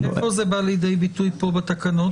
איפה זה בא לידי ביטוי פה בתקנות?